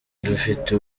dufite